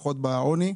פחות בעוני,